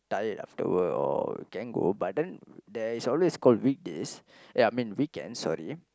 tired after work or can go but then there is always called weekdays uh I mean weekends sorry